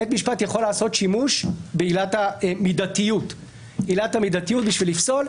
בית משפט יכול לעשות שימוש בעילת המידתיות בשביל לפסול.